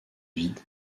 vide